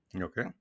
Okay